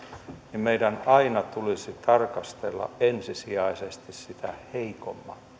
niin meidän aina tulisi tarkastella ensisijaisesti sitä heikomman